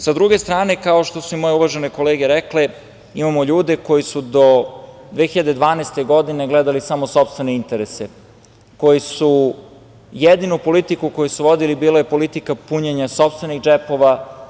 Sa druge strane, kao što su i moje uvažene kolege rekle, imamo ljude koji su do 2012. godine gledali samo sopstvene interese koji su, jedinu politiku koju su vodili bila je politika punjenja sopstvenih džepova.